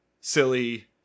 silly